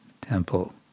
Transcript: temple